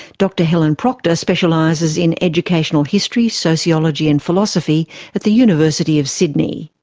dr helen proctor specialises in educational history, sociology and philosophy at the university of sydney.